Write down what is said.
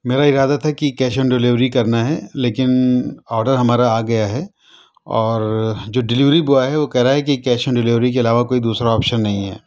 میرا ارادہ تھا کہ کیش آن ڈیلیوری کرنا ہے لیکن آرڈر ہمارا آ گیا ہے اور جو ڈیلیوری بوائے ہے وہ کہہ رہا ہے کہ کیش آن ڈیلیوری کے علاوہ کوئی دوسرا آپشن نہیں ہے